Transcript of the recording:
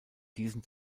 diesen